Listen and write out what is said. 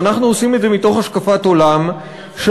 ואנחנו עושים את זה מתוך השקפת עולם שאומרת